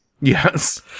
Yes